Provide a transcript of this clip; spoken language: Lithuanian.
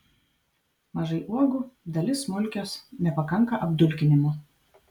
mažai uogų dalis smulkios nepakanka apdulkinimo